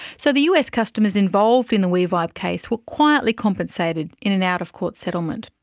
so the us customers involved in the we-vibe case were quietly compensated in an out-of-court settlement.